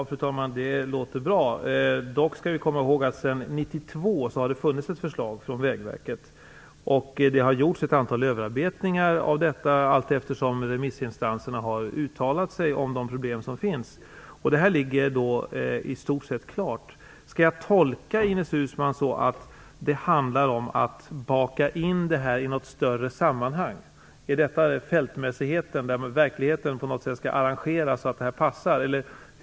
Fru talman! Det låter bra. Dock skall vi komma ihåg att det sedan 1992 har funnits ett förslag från Vägverket och att det har bearbetats på ett antal punkter allteftersom remissinstanserna har uttalat sig om de problem som finns. Förslaget ligger nu i stort sett klart. Skall jag tolka det Ines Uusmann säger som att det handlar om att baka in det här i något större sammanhang? Är det så det kommunikationsministern sade om fältmässighet skall förstås, att verkligheten på något sätt skall arrangeras så att det här passar in?